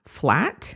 flat